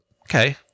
Okay